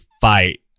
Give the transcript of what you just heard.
fight